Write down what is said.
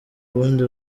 bundi